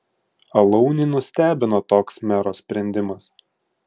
alaunį nustebino toks mero sprendimas